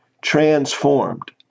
transformed